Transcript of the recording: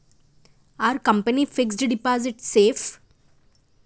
Are company fixed deposit safe?